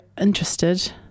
interested